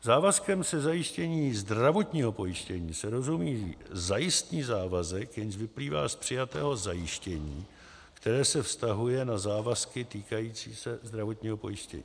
Závazkem ze zajištění zdravotního pojištění se rozumí zajistný závazek, jenž vyplývá z přijatého zajištění, které se vztahuje na závazky týkající se zdravotního pojištění.